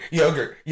yogurt